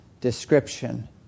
description